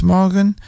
Morgan